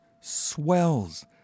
swells